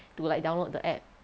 to like download the app